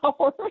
hours